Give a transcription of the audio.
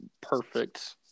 perfect